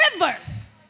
rivers